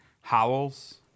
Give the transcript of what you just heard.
howls